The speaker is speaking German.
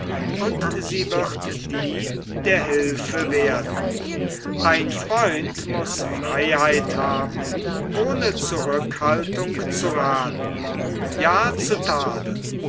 und sie wird die der hülfe werden ein freund muß freiheit haben ohne zurückhaltung zu rathen ja zu tadeln